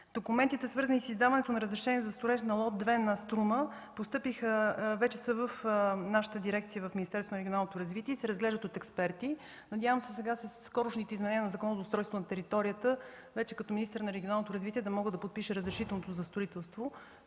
Документите, свързани с издаването на разрешения за строеж за лот 2 на „Струма” постъпиха и вече са в нашата дирекция в Министерството на регионалното развитие и се разглеждат от експерти. Надявам се сега след скорошните изменения на Закона за устройство на територията като министър на регионалното развитие да мога да подпиша разрешителното за строителство.